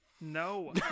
No